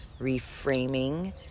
reframing